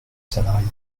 salariés